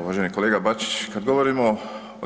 Uvaženi kolega Bačić, kad govorim o